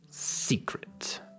secret